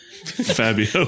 Fabio